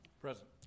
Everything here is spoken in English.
Present